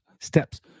steps